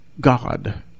God